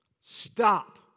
stop